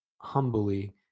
humbly